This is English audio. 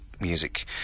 music